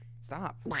Stop